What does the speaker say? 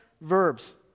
verbs